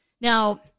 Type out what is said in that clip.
Now